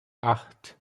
acht